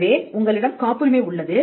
எனவே உங்களிடம் காப்புரிமை உள்ளது